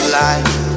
life